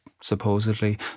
supposedly